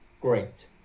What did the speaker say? great